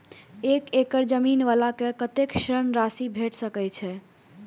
एक एकड़ जमीन वाला के कतेक ऋण राशि भेट सकै छै?